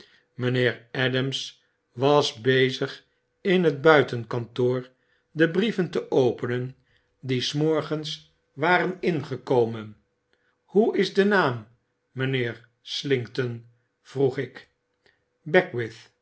mtjnheer adams was bezig in het buitenkantoor de brieven te openen die s morgens waren ingekoraen hoe is de naam mijnheer slinkton vroeg ik